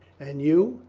and you?